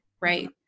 right